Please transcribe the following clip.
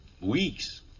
weeks